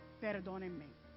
perdónenme